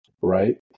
right